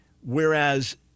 whereas